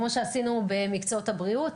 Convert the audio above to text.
כמו שעשינו במקצועות הבריאות,